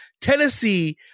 Tennessee